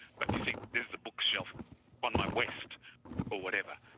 but you think this is the bookshelf on my west or whatever.